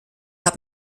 hat